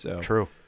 True